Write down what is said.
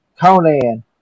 Conan